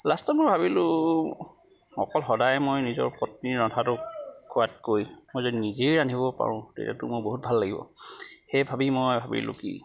লাষ্টত মই ভাবিলোঁ অকল সদায় মই নিজৰ পত্নীয়ে ৰন্ধাটো খোৱাতকৈ মই যদি নিজেই ৰান্ধিব পাৰোঁ তেতিয়াতো মোৰ বহুত ভাল লাগিব সেই ভাবি মই ভাবিলোঁ কি